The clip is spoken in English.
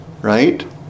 Right